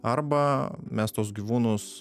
arba mes tuos gyvūnus